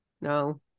no